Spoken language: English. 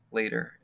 later